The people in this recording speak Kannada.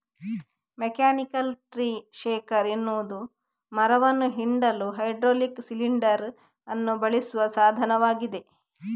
ಮೆಕ್ಯಾನಿಕಲ್ ಟ್ರೀ ಶೇಕರ್ ಎನ್ನುವುದು ಮರವನ್ನ ಹಿಂಡಲು ಹೈಡ್ರಾಲಿಕ್ ಸಿಲಿಂಡರ್ ಅನ್ನು ಬಳಸುವ ಸಾಧನವಾಗಿದೆ